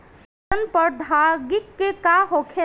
सड़न प्रधौगिकी का होखे?